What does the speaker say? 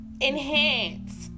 enhance